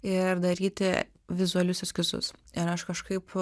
ir daryti vizualius eskizus ir aš kažkaip